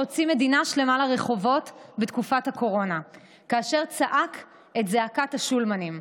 שהוציא מדינה שלמה לרחובות בתקופת הקורונה כאשר צעק את זעקת השולמנים.